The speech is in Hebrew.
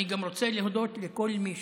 אני גם רוצה להודות לכל מי